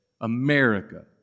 America